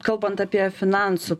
kalbant apie finansų